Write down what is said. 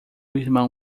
irmão